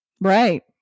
Right